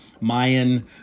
Mayan